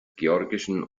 georgischen